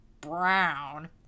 brown